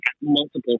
multiple